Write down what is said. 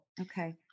Okay